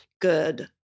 good